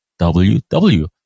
WW